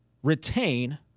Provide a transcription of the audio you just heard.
retain